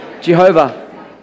Jehovah